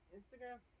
Instagram